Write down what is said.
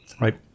Right